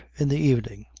in the evening.